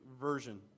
Version